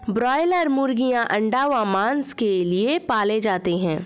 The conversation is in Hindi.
ब्रायलर मुर्गीयां अंडा व मांस के लिए पाले जाते हैं